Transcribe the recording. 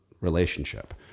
relationship